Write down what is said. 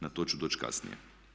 Na to ću doći kasnije.